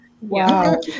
Wow